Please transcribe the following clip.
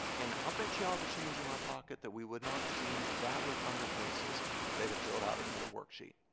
and i'll bet you all the change in my pocket that we would not have seen that look on their faces if they have filled out another worksheet